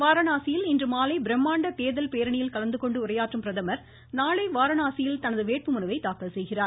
வாரணாசியில் இன்று மாலை பிரம்மாண்ட தேர்தல் பேரணியில் கலந்துகொண்டு உரையாற்றும் பிரதமர் நாளை வாரணாசியில் தனது வேட்புமனுவை தாக்கல் செய்கிறார்